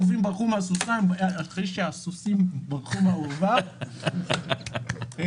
אחרי שהסוסים ברחו מהאורווה - זהו.